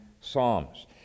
psalms